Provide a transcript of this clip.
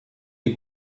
die